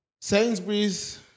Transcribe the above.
Sainsbury's